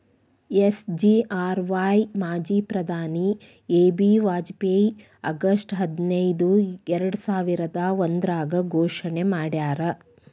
SGRY ಮಾಜಿ ಪ್ರಧಾನಿ AB Vajpayee August ಹದಿನೈದು ಎರ್ಡಸಾವಿರದ ಒಂದ್ರಾಗ ಘೋಷಣೆ ಮಾಡ್ಯಾರ